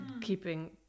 keeping